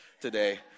today